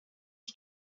die